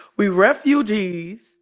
we refugees